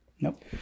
Nope